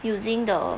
using the